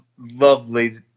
lovely